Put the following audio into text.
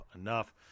enough